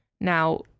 Now